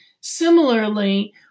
similarly